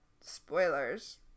spoilers